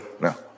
No